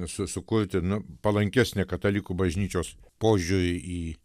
su sukurti nu palankesnį katalikų bažnyčios požiūrį į